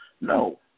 No